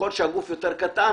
וככל שהגוף יותר קטן,